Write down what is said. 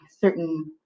certain